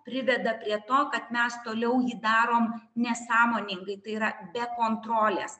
priveda prie to kad mes toliau jį darom nesąmoningai tai yra be kontrolės